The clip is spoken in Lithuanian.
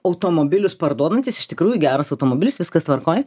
automobilius parduodantys iš tikrųjų geras automobilis viskas tvarkoj